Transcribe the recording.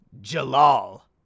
Jalal